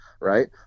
right